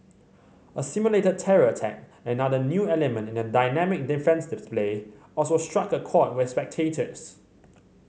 a simulated terror attack another new element in the dynamic defence display also struck a chord with spectators